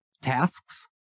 tasks